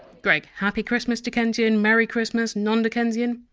greg! happy christmas, dickensian! merry christmas, non-dickensian?